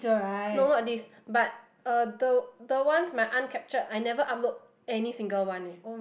no not this but uh the the ones my aunt captured I never upload any single one leh